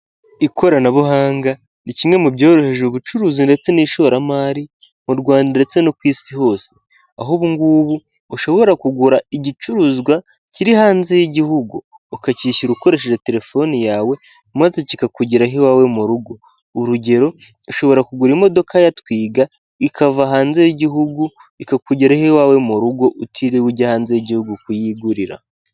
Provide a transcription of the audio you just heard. Ikoranabuhanga ni kimwe mu byoroheje ubucuruzi ndetse n'ishoramari mu Rwanda ndetse no ku Isi hose, aho ubu ngubu ushobora kugura igicuruzwa kiri hanze y'igihugu ukacyishyura ukoresheje telefoni yawe maze kikakugeraho iwawe mu rugo. Urugero: Ushobora kugura imodoka ya twiga ikava hanze y'igihugu ikakugeraho iwawe mu rugo, utiriwe ujya hanze y'igihugu kuyigurira.